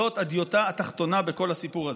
זאת הדיוטה התחתונה בכל הסיפור הזה.